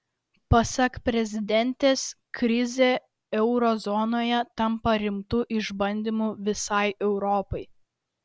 pasak prezidentės krizė euro zonoje tampa rimtu išbandymu visai europai